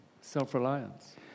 Self-reliance